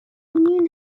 union